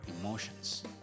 emotions